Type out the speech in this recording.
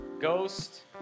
Ghost